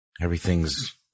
everything's